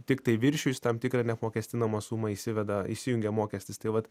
tiktai viršijus tam tikrą neapmokestinamą sumą įsiveda įsijungia mokestis tai vat